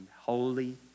holy